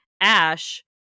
ash